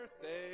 birthday